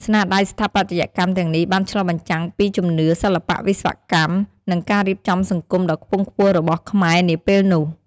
ស្នាដៃស្ថាបត្យកម្មទាំងនេះបានឆ្លុះបញ្ចាំងពីជំនឿ សិល្បៈ វិស្វកម្ម និងការរៀបចំសង្គមដ៏ខ្ពង់ខ្ពស់របស់ខ្មែរនាពេលនោះ។